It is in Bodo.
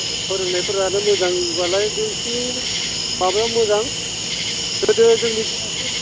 दा फोरोंनायफोरानो मोजां बालाय बिसिनि माबाया मोजां गोदो जोंनि दिनावसो